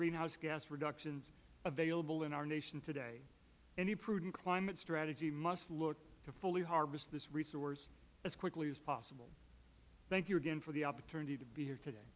greenhouse gas reductions available in our nation today any prudent climate strategy must look to fully harvest this resource as quickly as possible thank you again for the opportunity to be here today